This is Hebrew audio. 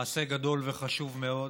עושה מעשה גדול וחשוב מאוד,